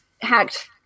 hacked